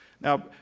Now